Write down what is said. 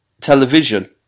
television